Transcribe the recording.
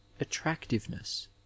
attractiveness